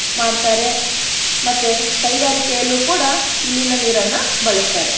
ಮಾಡ್ತಾರೆ ಮತ್ತು ಕೈಗಾರಿಕೆಯಲ್ಲೂ ಕೂಡ ಇಲ್ಲಿನ ನೀರನ್ನು ಬಳಸ್ತಾರೆ